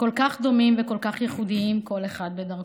כל כך דומים וכל כך ייחודיים, כל אחד בדרכו.